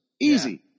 easy